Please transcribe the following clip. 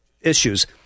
issues